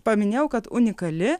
paminėjau kad unikali